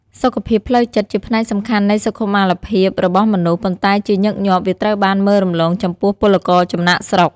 សុខភាពផ្លូវចិត្តជាផ្នែកសំខាន់នៃសុខុមាលភាពរបស់មនុស្ស ប៉ុន្តែជាញឹកញាប់ វាត្រូវបានមើលរំលងចំពោះពលករចំណាកស្រុក។